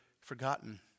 forgotten